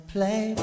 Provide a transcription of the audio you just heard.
play